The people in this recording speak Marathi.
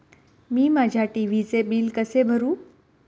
मी माझ्या टी.व्ही चे बिल कसे भरू?